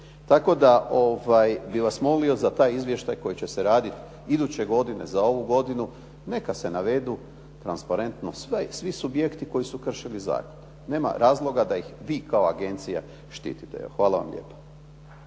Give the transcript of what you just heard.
Tako da bi vas molio za taj izvještaj koji će se raditi iduće godine za ovu godinu, neka se navedu transparentno svi subjekti koji su kršili zakon. Nema razloga da ih vi kao agencija štitite. Hvala vam lijepo.